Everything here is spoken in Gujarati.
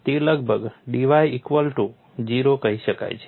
તે લગભગ dy ઇક્વલ ટુ 0 કહી શકાય છે